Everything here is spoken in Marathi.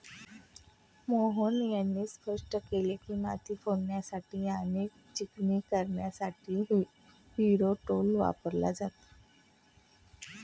मोहन यांनी स्पष्ट केले की, माती फोडण्यासाठी आणि चिकणी करण्यासाठी हॅरो टूल वापरले जाते